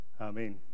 Amen